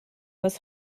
was